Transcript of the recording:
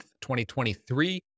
2023